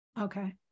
Okay